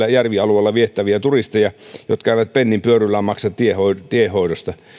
siellä järvialueella viettäviä turisteja jotka eivät pennin pyörylää maksa tiehoidosta tiehoidosta